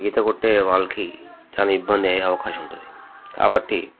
ఈత కొట్టే వాళ్ళకి చాలా ఇబ్బంది అయ్యే అవకాశం ఉంటుంది కాబట్టి